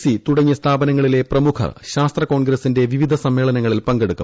C തുടങ്ങിയ സ്ഥാപനങ്ങളിലെ പ്രമുഖർ ശാസ്ത്ര കോൺഗ്രസിന്റെ വിവിധ സമ്മേളനങ്ങളിൽ പങ്കെടുക്കും